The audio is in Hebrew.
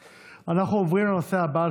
להעביר ממשרד הכלכלה והתעשייה,